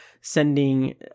sending